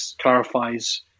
clarifies